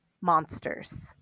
monsters